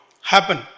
happen